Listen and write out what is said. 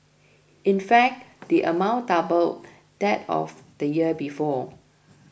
in fact the amount doubled that of the year before